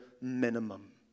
minimum